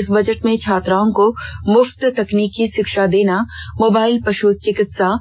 इस बजट में छात्राओं को मुफ्त तकनीकी षिक्षा देर्न मोबाइल पष्ट चिकित्सा